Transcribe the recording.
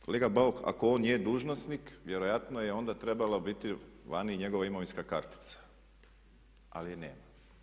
Kolega Bauk, ako on je dužnosnik vjerojatno je onda trebalo biti vani i njegova imovinska kartica ali je nam.